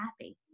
happy